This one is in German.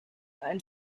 ein